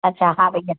अछा हा भैया